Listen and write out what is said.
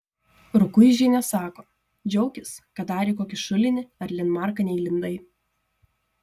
rukuižienė sako džiaukis kad dar į kokį šulinį ar linmarką neįlindai